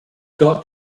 got